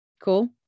Cool